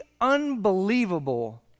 unbelievable